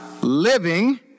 Living